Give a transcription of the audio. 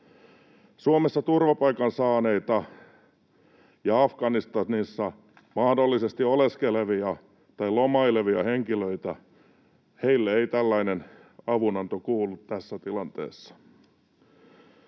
Suomesta turvapaikan saaneille ja Afganistanissa mahdollisesti oleskeleville tai lomaileville henkilöille ei tällainen avunanto kuulu tässä tilanteessa.